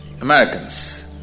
americans